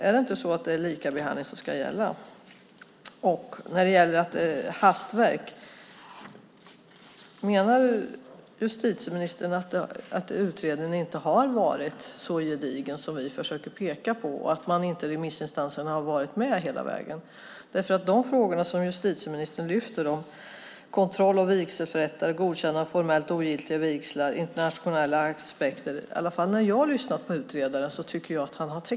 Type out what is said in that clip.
Är det inte likabehandling som ska gälla? Det talas om ett hastverk. Menar justitieministern att utredningen inte har varit så gedigen som vi försöker peka på och att remissinstanserna inte har varit med hela vägen? De frågor som justitieministern lyfter fram om kontroll av vigselförrättare, godkännande av formellt ogiltiga vigslar och internationella aspekter tycker jag att utredaren har täckt in i sin hantering.